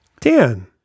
Dan